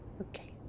Okay